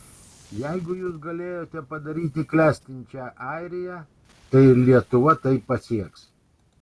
jeigu jūs galėjote padaryti klestinčią airiją tai ir lietuva tai pasieks